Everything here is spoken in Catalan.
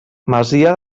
masia